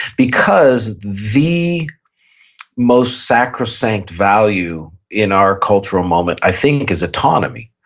because the most sacrosanct value in our cultural moment i think is autonomy,